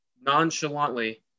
nonchalantly